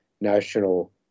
national